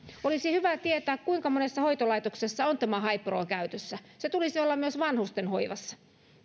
olisi hyvä tietää kuinka monessa hoitolaitoksessa on tämä haipro käytössä sen tulisi olla myös vanhustenhoivassa